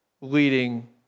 leading